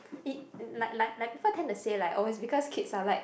it like like like people tend to say like oh it's because kids are like